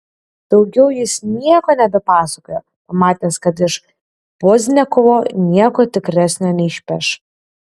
daugiau jis nieko nebepasakojo pamatęs kad iš pozdniakovo nieko tikresnio neišpeš